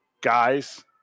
guys –